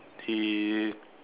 he